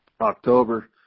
October